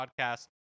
podcast